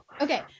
Okay